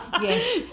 Yes